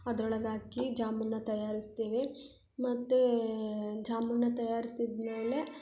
ಅದ್ರೊಳಗೆ ಹಾಕಿ ಜಾಮೂನನ್ನ ತಯಾರಿಸ್ತೇವೆ ಮತ್ತು ಜಾಮೂನನ್ನ ತಯಾರಿಸಿದ ಮೇಲೆ